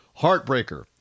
Heartbreaker